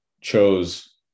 chose